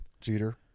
Jeter